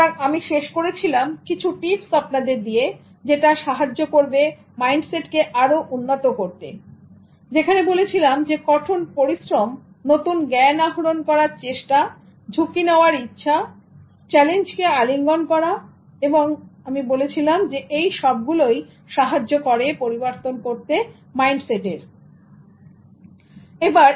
সুতরাং আমি শেষ করেছিলাম কিছু টিপস আপনাদের দিয়ে যেটা সাহায্য করবে মাইন্ডসেট কে আরো উন্নত করতে যেখানে বলেছিলাম কঠোর পরিশ্রম নতুন জ্ঞান আহরণ করার চেষ্টা ঝুঁকি নেওয়ার ইচ্ছা কখনো চ্যালেঞ্জকে আলিঙ্গন করা এবং আমি বলেছিলাম এই সবগুলোই সাহায্য করে পরিবর্তন করতে মাইন্ডসেট এর